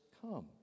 come